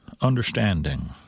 understanding